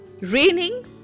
raining